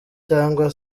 cyangwa